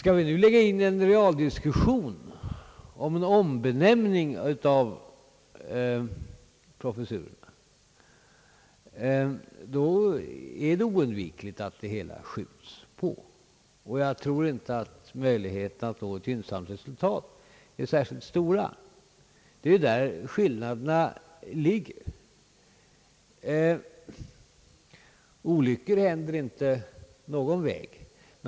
Skall vi nu sätta i gång en generaldiskussion om en ombenämning av professurerna, blir det oundvikligt att det hela skjuts framåt i tiden, och jag tror inte att möjligheterna att nå ett gynnsamt resultat blir särskilt stora. Det är där skillnaden ligger. Olyckor händer inte i något fall.